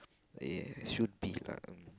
ya should be lah